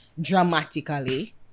dramatically